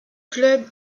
club